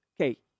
okay